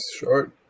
short